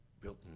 built